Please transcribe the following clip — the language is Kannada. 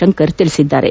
ಶಂಕರ್ ಹೇಳಿದ್ದಾರೆ